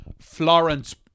Florence